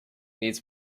needs